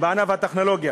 בענף הטכנולוגיה.